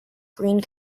greene